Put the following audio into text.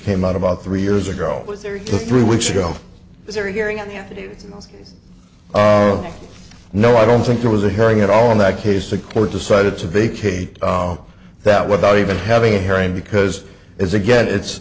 came out about three years ago to three weeks ago their hearing are oh no i don't think there was a hearing at all in that case the court decided to vacate that without even having a hearing because it's again it's